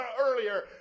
earlier